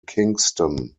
kingston